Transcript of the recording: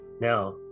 Now